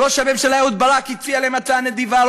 ראש הממשלה אהוד ברק הציע להם הצעה נדיבה,